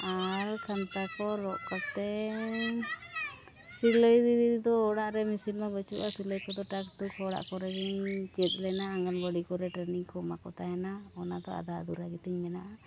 ᱟᱨ ᱠᱟᱱᱛᱷᱟ ᱠᱚ ᱨᱚᱜ ᱠᱟᱛᱮᱫ ᱥᱤᱞᱟᱹᱭ ᱫᱚ ᱚᱲᱟᱜ ᱨᱮ ᱢᱮᱹᱥᱤᱱ ᱢᱟ ᱵᱟᱹᱱᱩᱜᱼᱟ ᱥᱤᱞᱟᱹᱭ ᱠᱚᱫᱚ ᱴᱟᱠ ᱴᱩᱠ ᱦᱚᱲᱟᱜ ᱠᱚᱨᱮ ᱜᱤᱧ ᱪᱮᱫ ᱞᱮᱱᱟ ᱚᱱᱟ ᱵᱟᱹᱞᱤ ᱠᱚᱨᱮᱫ ᱴᱨᱮᱱᱤᱝ ᱠᱚ ᱮᱢᱟᱫ ᱠᱚ ᱛᱟᱦᱮᱱᱟ ᱚᱱᱟ ᱫᱚ ᱟᱫᱷᱟ ᱫᱷᱩᱨᱟᱹ ᱜᱮᱛᱤᱧ ᱢᱮᱱᱟᱜᱼᱟ